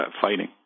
fighting